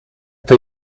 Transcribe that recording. per